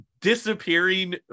disappearing